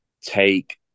take